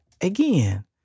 again